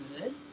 good